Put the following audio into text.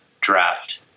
draft